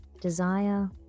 Desire